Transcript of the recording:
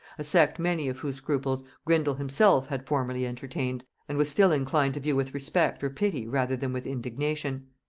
a sect many of whose scruples grindal himself had formerly entertained, and was still inclined to view with respect or pity rather than with indignation.